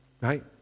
Right